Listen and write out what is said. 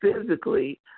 physically